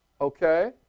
Okay